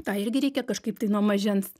tą irgi reikia kažkaip tai nuo mažens